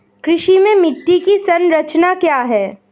कृषि में मिट्टी की संरचना क्या है?